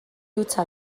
hutsa